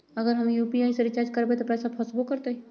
अगर हम यू.पी.आई से रिचार्ज करबै त पैसा फसबो करतई?